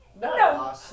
No